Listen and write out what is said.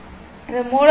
இது மூடப்பட்டது